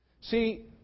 See